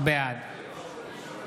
בעד